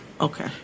Okay